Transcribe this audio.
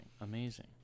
Amazing